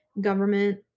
government